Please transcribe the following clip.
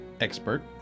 Expert